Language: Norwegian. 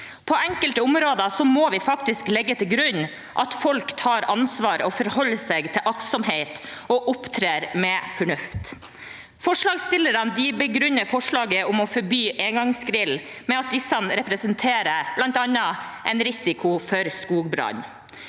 På enkelte områder må vi faktisk legge til grunn at folk tar ansvar, forholder seg til aktsomhet og opptrer med fornuft. Forslagsstillerne begrunner forslaget om å forby engangsgrill med at disse bl.a. representerer en risiko for skogbrann.